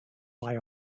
lie